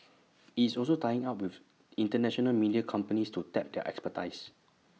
IT is also tying up with International media companies to tap their expertise